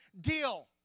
deal